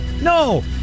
no